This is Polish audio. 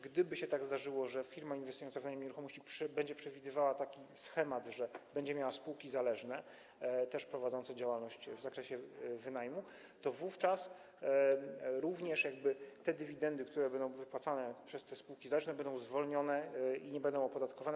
Gdyby się tak zdarzyło, że firma inwestująca w najem nieruchomości będzie przewidywała taki schemat, że będzie miała spółki zależne też prowadzące działalność w zakresie wynajmu, to wówczas również dywidendy, które będą wypłacane przez te spółki zależne, będą zwolnione i nie będą opodatkowane.